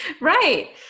Right